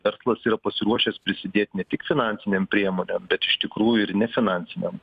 verslas yra pasiruošęs prisidėt ne tik finansinėm priemonėm bet iš tikrųjų ir nefinansinėm